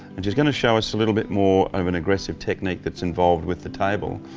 and she's going to show us a little bit more of an aggressive technique that's involved with the table.